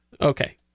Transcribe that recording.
okay